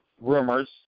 rumors